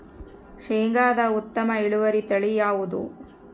ಶೇಂಗಾದ ಉತ್ತಮ ಇಳುವರಿ ತಳಿ ಯಾವುದು?